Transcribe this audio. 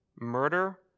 murder